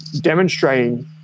demonstrating